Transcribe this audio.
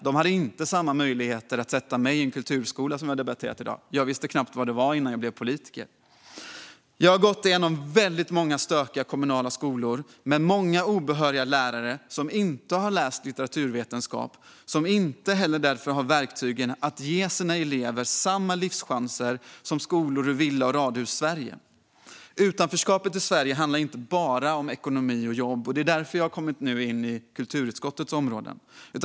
De hade inte samma möjligheter att sätta mig i en kulturskola, som vi har debatterat i dag. Jag visste knappt vad det var innan jag blev politiker. Jag har gått i en av väldigt många stökiga kommunala skolor. De har många obehöriga lärare som inte har läst litteraturvetenskap och har därför inte heller verktygen att ge sina elever samma livschanser som skolor i Villa och radhussverige. Utanförskapet i Sverige handlar inte bara om ekonomi och jobb. Det är därför jag nu har kommit in på kulturutskottets område.